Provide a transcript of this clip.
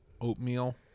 oatmeal